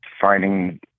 finding